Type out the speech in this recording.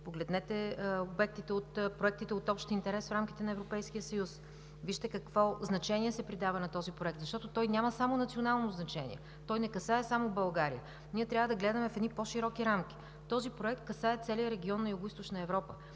Погледнете проектите от общ интерес в рамките на Европейския съюз, вижте какво значение се придава на този проект, защото той няма само национално значение, не касае само България. Ние трябва да гледаме в едни по-широки рамки. Този проект касае целия регион на Югоизточна Европа.